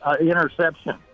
interception